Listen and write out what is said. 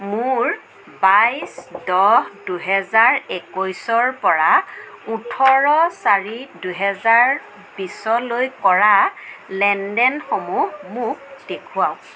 মোৰ বাইছ দহ দুহেজাৰ একৈছৰ পৰা ওঠৰ চাৰি দুহেজাৰ বিছলৈ কৰা লেনদেনসমূহ মোক দেখুৱাওঁক